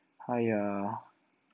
!haiya!